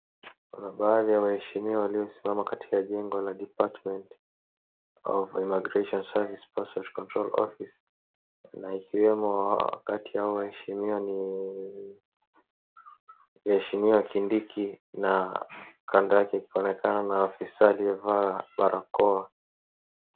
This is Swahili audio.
Kuna baadhi wa wahemishiwa waliosimama katika jengo ya Department of immigration services passport control office , na isiwemo kati ya hawa waheshimiwa ni, mheshimiwa Kindiki, na kando yake akionekana na ofisa aliyevaa barakoa.